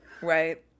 Right